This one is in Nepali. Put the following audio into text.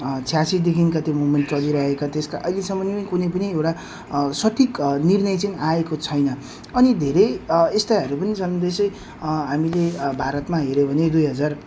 छ्यासीदेखिका त्यो मुभमेन्ट चलिरहेका त्यसको अहिलेसम्म नै कुनै पनि एउटा सठिक निर्णय चाहिँ आएको छैन अनि धेरै यस्ताहरू पनि छन् जो चाहिँ हामीले भारतमा हेर्यौँ भने दुई हजार